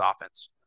offense